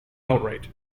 outright